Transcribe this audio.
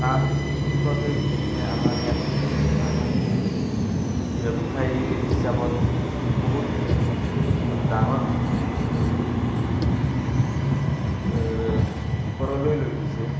কাঁহ শিল্পটোৱে বিশেষকৈ আমাৰ ইয়াত মানুহখিনিক ব্যৱসায় হিচাপত বহুত ডাঙৰ ওপৰলৈ লৈ গৈছে